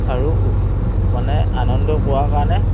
আৰু মানে আনন্দ পোৱাৰ কাৰণে